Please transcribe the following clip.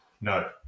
No